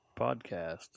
podcast